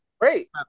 Great